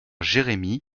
jérémy